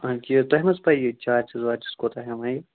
ٲں یہِ تۄہہِ مہ حظ پاے یہِ چارجٕز وارجٕز کوٗتاہ ہٮ۪وان یہِ